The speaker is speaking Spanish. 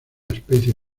especie